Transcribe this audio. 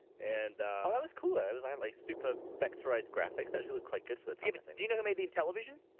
and that was cooler. it was like super vectorize graphics actually looked quite good for the table thing. do you know who made the intellivision?